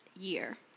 year